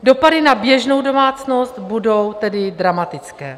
Dopady na běžnou domácnost budou tedy dramatické.